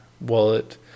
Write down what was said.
wallet